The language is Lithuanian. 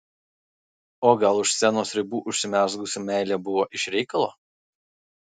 o gal už scenos ribų užsimezgusi meilė buvo iš reikalo